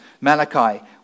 malachi